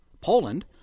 Poland